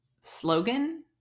slogan